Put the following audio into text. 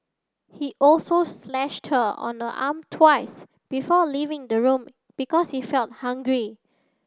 he also slashed her on the arm twice before leaving the room because he felt hungry